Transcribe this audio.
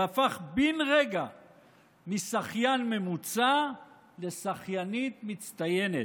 והפך בן רגע משחיין ממוצע ל"שחיינית מצטיינת",